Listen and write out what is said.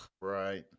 Right